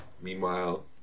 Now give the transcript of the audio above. Meanwhile